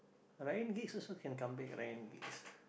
Ryan-Giggs also can come back Ryan-Giggs